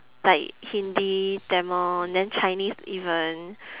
like hindi tamil then chinese even